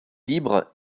libre